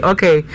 Okay